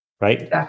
Right